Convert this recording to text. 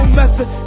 method